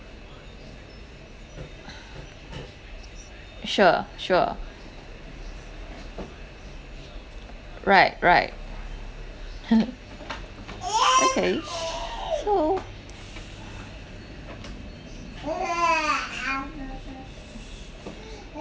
sure sure right right okay so